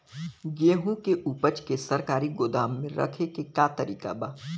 गेहूँ के ऊपज के सरकारी गोदाम मे रखे के का तरीका बा?